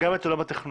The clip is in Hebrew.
גם את עולם התכנון.